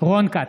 רון כץ,